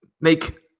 make